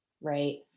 right